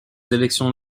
élections